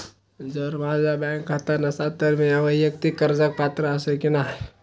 जर माझा बँक खाता नसात तर मीया वैयक्तिक कर्जाक पात्र आसय की नाय?